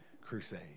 crusade